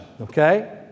Okay